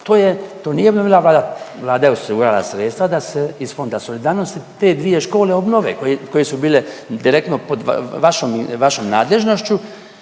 obnovila Vlada, Vlada je osigurala sredstva da se iz Fonda solidarnosti te dvije škole obnove koje su bile direktno pod vašom nadležnošću